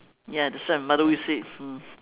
ya that's what my mother always say mm